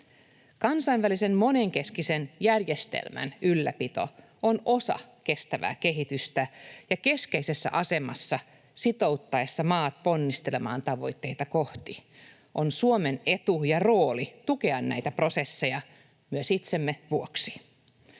Kansainvälisen monenkeskisen järjestelmän ylläpito on osa kestävää kehitystä ja keskeisessä asemassa sitoutettaessa maat ponnistelemaan tavoitteita kohti. On Suomen etu ja rooli tukea näitä prosesseja, myös itsemme vuoksi.